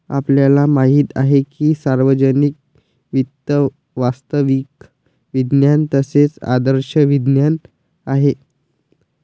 आपल्याला माहित आहे की सार्वजनिक वित्त वास्तविक विज्ञान तसेच आदर्श विज्ञान आहे